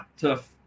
tough